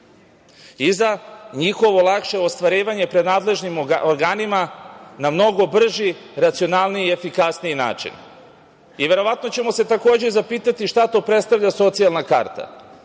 i za njihovo lakše ostvarivanje pred nadležnim organima na mnogo brži, racionalniji i efikasniji način i verovatno ćemo se takođe zapitati šta to predstavlja socijalna karta?